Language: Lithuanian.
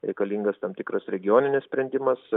reikalingas tam tikras regioninis sprendimas